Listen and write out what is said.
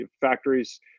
factories